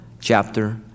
chapter